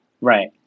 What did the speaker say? Right